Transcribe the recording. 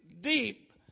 deep